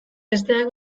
besteak